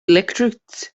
electrodes